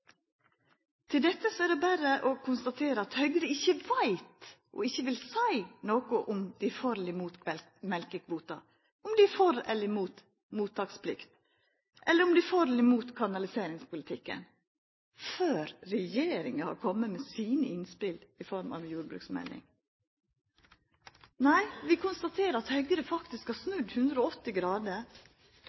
Til dette er det berre å konstatera at Høgre ikkje veit og ikkje vil seia noko om dei er for eller mot mjølkekvotar, om dei er for eller mot mottaksplikt, eller om dei er for eller mot kanaliseringspolitikken, før regjeringa har kome med sine innspel i form av ei jordbruksmelding. Nei, vi konstaterer at Høgre faktisk har snudd